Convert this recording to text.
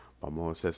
Vamos